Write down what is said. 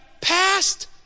passed